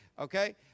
okay